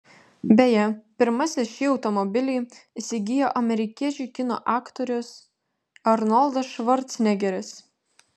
beje pirmasis šį automobilį įsigijo amerikiečių kino aktorius arnoldas švarcnegeris